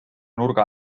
nurga